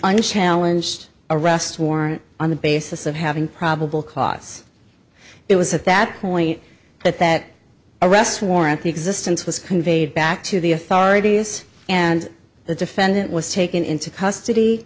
unchallenged arrest warrant on the basis of having probable cause it was at that point that that arrest warrant existence was conveyed back to the authorities and the defendant was taken into custody